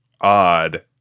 odd